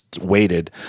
waited